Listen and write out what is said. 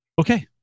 okay